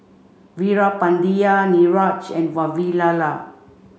Veerapandiya Niraj and Vavilala